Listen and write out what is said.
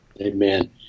Amen